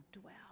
dwell